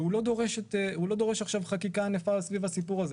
לא דורש עכשיו חקיקה ענפה סביב הנושא הזה.